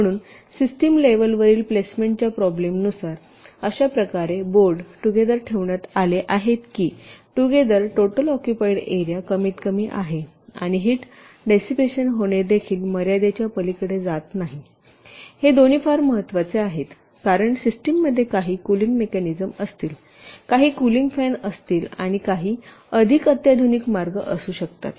म्हणून सिस्टम लेवलवरील प्लेसमेंटच्या प्रॉब्लेमनुसार अशा प्रकारे बोर्ड टुगेदर ठेवण्यात आले आहेत की टुगेदर टोटल ऑक्युपाईड एरिया कमीतकमी आहे आणि हिट डेसिपेशन होणे देखील मर्यादेच्या पलीकडे जात नाही हे दोन्ही फार महत्वाचे आहेत कारण सिस्टममध्ये काही कूलिंग मेकॅनिझम असतील काही कूलिंग फॅन असतील आणि काही अधिक अत्याधुनिक मार्ग असू शकतात